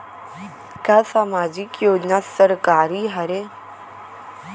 का सामाजिक योजना सरकारी हरे?